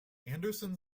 anderson